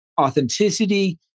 authenticity